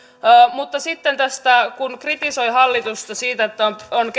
mutta sitten tästä kun kritisoin hallitusta siitä että on on